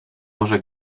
może